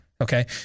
Okay